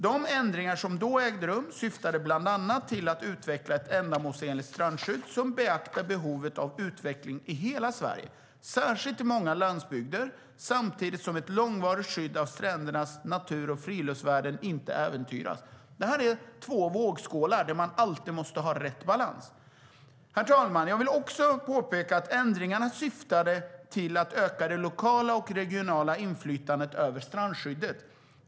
De ändringar som då gjordes syftade bland annat till att utveckla ett ändamålsenligt strandskydd som beaktar behovet av utveckling i hela Sverige, särskilt på många ställen på landsbygden, samtidigt som ett långvarigt skydd av strändernas natur och friluftsvärden inte äventyras. De är två vågskålar som alltid måste vara i balans. Herr talman! Jag vill påpeka att ändringarna syftade till att öka det lokala och regionala inflytandet över strandskyddet.